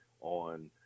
on